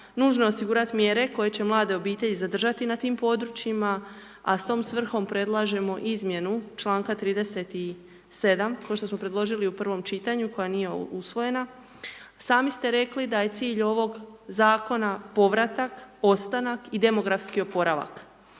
nužno je osigurati mjere koje će mlade obitelji zadržati na tim područjima, a s tom svrhom predlažemo izmjenu članka 37. ko što smo predložili u prvom čitanju koja nije usvojena. Sami ste rekli da je cilj ovog zakona povratak, ostanak i demografski oporavak.